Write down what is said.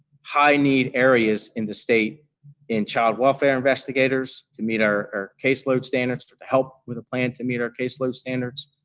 high need areas in the state in child welfare investigators to meet our case load standards, to to help with a plan to meet our case load standards.